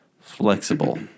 flexible